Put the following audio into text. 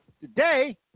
today